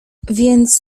więc